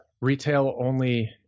retail-only